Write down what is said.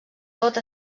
tot